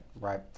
Right